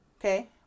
Okay